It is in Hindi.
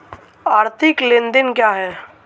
आर्थिक लेनदेन क्या है?